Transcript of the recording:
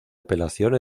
apelación